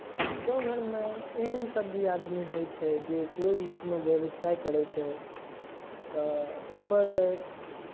गाँव घरमे एहन सभ भी आदमी होइ छै जे कोइ भी कोनो व्यवसाय करै छै तऽ ओकर